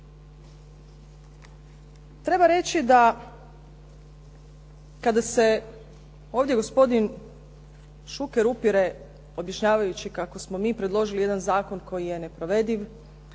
Treba reći da kada se ovdje gospodin Šuker upire objašnjavajući kako smo mi predložili jedan zakon koji je neprovediv,